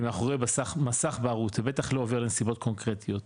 ומאחורי מסך בערות זה בטח לא עובר לנסיבות קונקרטיות.